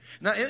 Now